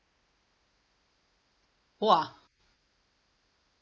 !wah!